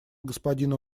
господину